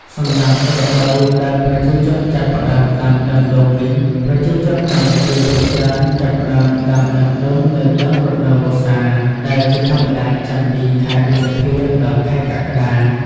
សម្រាប់រដូវដែលប្រជាជនចាប់ផ្ដើមដាំដើមដូងវិញ ប្រជាជនកម្ពុជាភាគច្រើនចាប់ផ្ដើមដាំដើមដូងនៅដើមរដូវវស្សា ដែលជាធម្មតាចាប់ពីខែ ឧសភា ដល់ ខែកក្កដា។